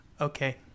okay